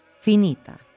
finita